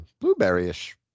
blueberry-ish